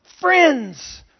Friends